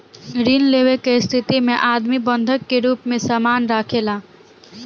ऋण लेवे के स्थिति में आदमी बंधक के रूप में सामान राखेला